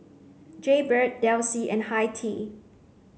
Jaybird Delsey and Hi Tea